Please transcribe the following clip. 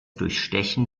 durchstechen